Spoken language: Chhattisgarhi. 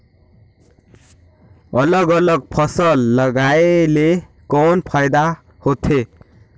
अलग अलग फसल लगाय ले कौन फायदा होथे?